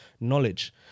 knowledge